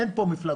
אין פה מפלגות,